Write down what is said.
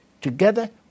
Together